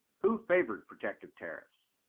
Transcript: who favored protective tariffs?